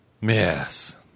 Yes